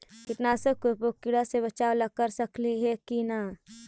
कीटनाशक के उपयोग किड़ा से बचाव ल कर सकली हे की न?